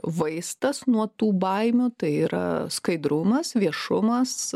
vaistas nuo tų baimių tai yra skaidrumas viešumas